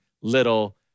little